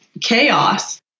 chaos